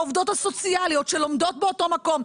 העובדות הסוציאליות שלומדות באותו מקום,